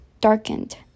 darkened